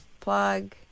plug